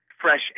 fresh